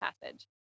passage